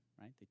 right